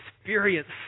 experience